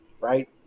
Right